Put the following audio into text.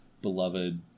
beloved